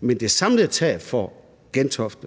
men det samlede tab for Gentofte